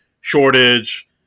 shortage